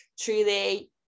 truly